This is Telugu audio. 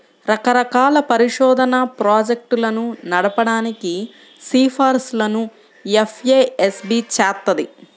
రకరకాల పరిశోధనా ప్రాజెక్టులను నడపడానికి సిఫార్సులను ఎఫ్ఏఎస్బి చేత్తది